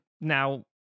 now